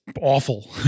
Awful